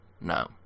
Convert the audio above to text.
No